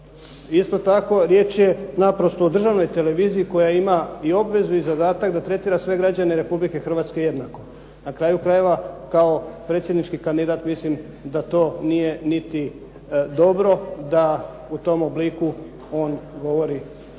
Isto tako riječ je o državnoj televiziji koja ima obvezu i zadatak da tretira sve građane Republike Hrvatske jednako, na kraju krajeva kao predsjednički kandidat mislim da to nije niti dobro da u tom obliku to govori.